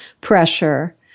pressure